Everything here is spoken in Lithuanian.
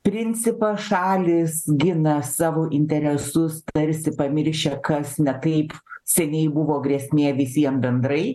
principą šalys gina savo interesus tarsi pamiršę kas ne taip seniai buvo grėsmė visiem bendrai